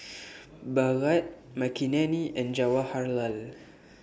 Bhagat Makineni and Jawaharlal